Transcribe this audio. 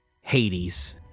Hades